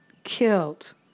Killed